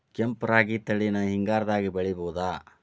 ಕೆಂಪ ರಾಗಿ ತಳಿನ ಹಿಂಗಾರದಾಗ ಬೆಳಿಬಹುದ?